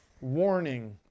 warning